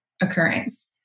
occurrence